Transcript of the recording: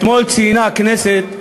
אתמול ציינה הכנסת,